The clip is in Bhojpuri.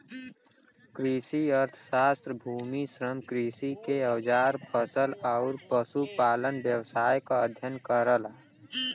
कृषि अर्थशास्त्र भूमि, श्रम, कृषि के औजार फसल आउर पशुपालन व्यवसाय क अध्ययन करला